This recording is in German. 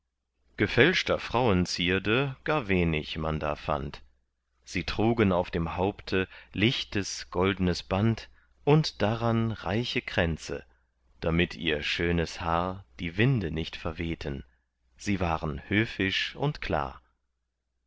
gefälschter frauenzierde gar wenig man da fand sie trugen auf dem haupte lichtes goldnes band und daran reiche kränze damit ihr schönes haar die winde nicht verwehten sie waren höfisch und klar